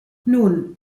nun